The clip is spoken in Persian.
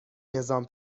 نظام